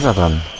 ah them